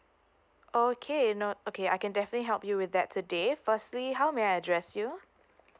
okay not okay I can definitely help you with that today firstly how may I address you